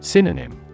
Synonym